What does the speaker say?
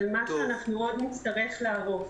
מה שאנחנו עוד נצטרך לערוך,